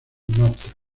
martha